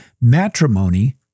matrimony